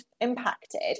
impacted